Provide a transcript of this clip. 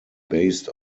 based